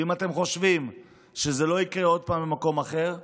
ואם אתם חושבים שזה לא יקרה עוד פעם במקום אחר,